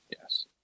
Yes